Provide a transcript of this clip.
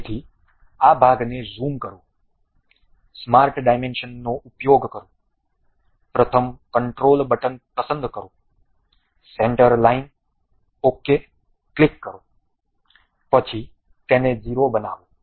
તેથી આ ભાગને ઝૂમ કરો સ્માર્ટ ડાયમેન્શનનો ઉપયોગ કરો પ્રથમ કંટ્રોલ બટન પસંદ કરો સેન્ટર લાઈન ok ક્લિક કરો પછી તેને 0 બનાવો